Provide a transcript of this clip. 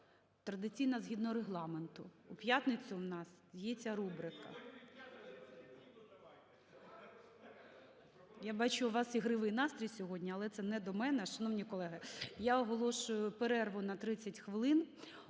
Традиційна згідно Регламенту. У п'ятницю у нас є ця рубрика. (Шум у залі) Я бачу, у вас ігривий настрій сьогодні, але це не до мене. Шановні колеги, я оголошую перерву на 30 хвилин.